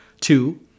Two